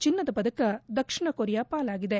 ಚಿನ್ನದ ಪದಕ ದಕ್ಷಿಣ ಕೊರಿಯಾ ಪಾಲಾಗಿದೆ